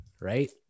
Right